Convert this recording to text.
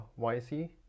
YC